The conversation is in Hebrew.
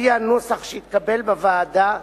על-פי הנוסח שהתקבל בוועדה,